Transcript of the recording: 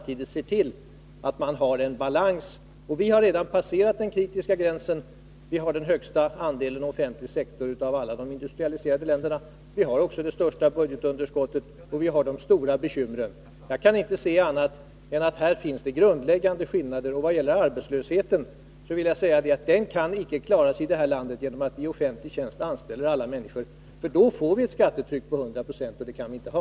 Vi måste få till stånd en balans i detta sammanhang. Vi har redan passerat den kritiska gränsen. Vi har den högsta andelen av offentlig verksamhet av alla de industrialiserade länderna. Vi har också det största budgetunderskottet. Vi har de stora bekymren. Jag kan inte se annat än att detta är den grundläggande skillnaden. Vad gäller arbetslösheten vill jag säga att den inte kan klaras genom att vi offentliganställer alla människor, för då får vi ett skattetryck på 100 20, och det kan vi inte ha.